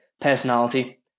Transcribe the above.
personality